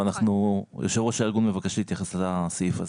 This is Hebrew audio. אבל יושב ראש הארגון מבקש להתייחס לסעיף הזה.